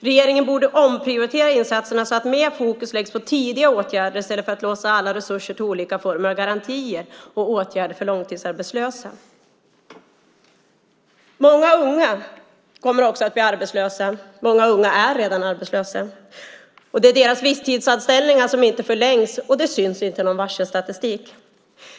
Regeringen borde omprioritera insatserna så att mer fokus läggs på tidiga åtgärder i stället för att låsa alla resurser till olika former av garantier och åtgärder för långtidsarbetslösa. Många unga kommer också att bli arbetslösa, och många unga är redan arbetslösa. Det är deras visstidsanställningar som inte förlängs, och det syns inte i någon varselstatistik.